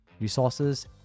resources